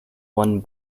one